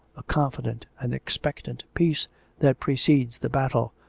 a con fident and expectant peace that precedes the battle,